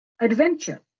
adventure